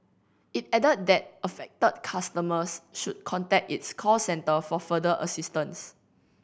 it added that affected customers should contact its call centre for further assistance